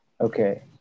Okay